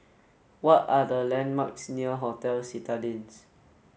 what are the landmarks near Hotel Citadines